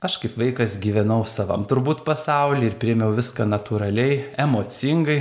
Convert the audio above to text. aš kaip vaikas gyvenau savam turbūt pasauly ir priėmiau viską natūraliai emocingai